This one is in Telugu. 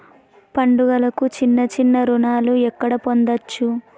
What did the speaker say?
పండుగలకు చిన్న చిన్న రుణాలు ఎక్కడ పొందచ్చు?